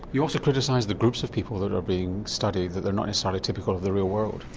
you also criticised the groups of people that are being studied, that they're not necessarily typical of the real world?